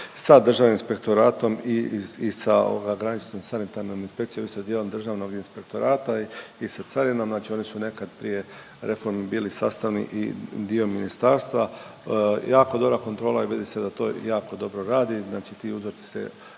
sa Državnim inspektoratom i sa ovoga graničnom Sanitarnom inspekcijom odnosno dijelom Državnog inspektorata i sa carinom, znači oni su nekad prije reforme bili sastavni i dio ministarstva. Jako dobra kontrola je i vidi se da to jako dobro radi, znači ti uzorci se